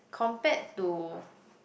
compared to